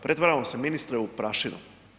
Pretvaramo se ministre u prašinu.